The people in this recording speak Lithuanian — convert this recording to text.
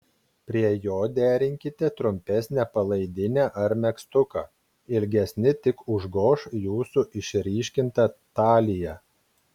prie jo derinkite trumpesnę palaidinę ar megztuką ilgesni tik užgoš jūsų išryškintą taliją